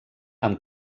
amb